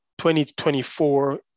2024